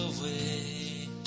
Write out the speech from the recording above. away